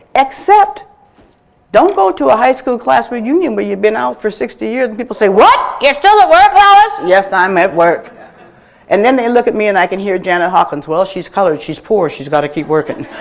except don't go to a high school class reunion where you've been out for sixty years and people say, what! you're still at work, lois? yes, i'm at work and then they look at me and i can hear janet hawkins, well, she's colored, she's poor, she's gotta keep working.